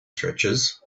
stretches